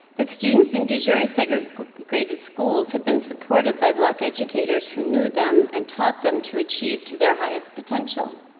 the students in de jure ah segregated schools have been supported by black educators who knew them and taught them to achieve to their highest potential